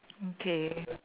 okay